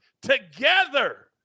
together